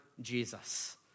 Jesus